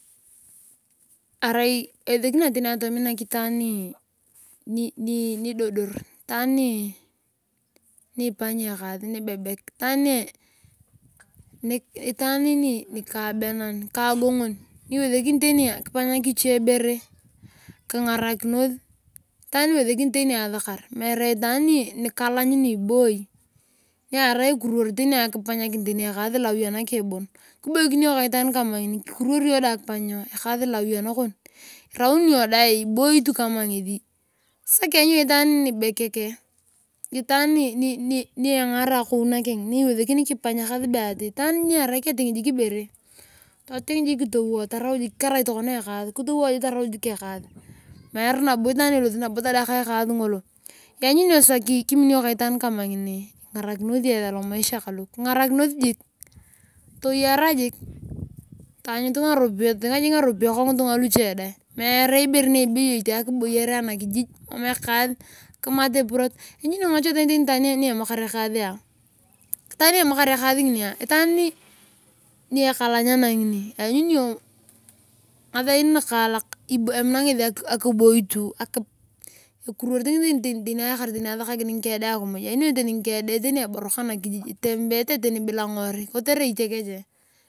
Arai eweselikinia atominak itaan nidodor itaan nifanya ekaas nibebele itaak nikagongon niwesekini tani kifanyak iche bere kingarakinos itaan niwesekini tani asakar meere itaan nikalamyniarai ekuor ekurunorita tani akipanya kaa lo awi anakeng tani bon kiboikinos ka itaan ngini kitokumwo iyong dae akipany ekaas lo awi anakon iboikin iyong dae kama ngesi sasa nibebek itaan ni engara akou nakeng iwesekini kipanya ekaas be ati itaan jiik ni arai ati jik ekaas kitowo taraw jik ekaas meere nabo tadaka kimino iyong ka itaan ngini ingarakinosi esi almaisha kalo tayara taanyut ngaropiyae kangitunga luche dae meere ibere be akiboyere anakijij mam ekaas akimat epwod itaan ni emamakar ekaas nginia ni ekalanyana ngasain nakaalak emina ngesi akiboi tu ekumont tani asakakin ngike dae akimuj lanyuni iyong tani ngide keng itembete eborok anakijij kotere itekechee.